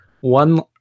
one